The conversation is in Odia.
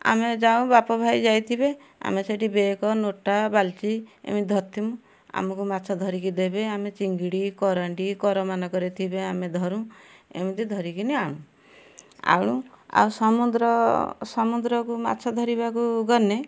ଆମେ ଯାଉଁ ବାପା ଭାଇ ଯାଇଥିବେ ଆମେ ସେଇଠି ବେଗ ନୋଟା ବାଲଟି ଏମତି ଧରଥିମୁ ଆମକୁ ମାଛ ଧରିକି ଦେବେ ଆମେ ଚିଙ୍ଗିଡ଼ି କରାଣ୍ଡି କର ମାନଙ୍କରେ ଥିବେ ଆମେ ଧରୁଁ ଏମିତି ଧରିକିନି ଆଣୁ ଆଉ ଆଉ ସମୁଦ୍ର ସମୁଦ୍ରକୁ ମାଛ ଧରିବାକୁ ଗନେ